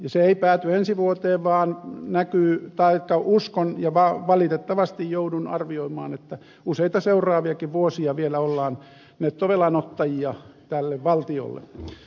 se ei pääty ensi vuoteen vaan uskon ja valitettavasti joudun arvioimaan että useita seuraaviakin vuosia vielä ollaan nettovelanottajia tälle valtiolle